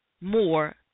more